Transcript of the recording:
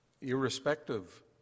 irrespective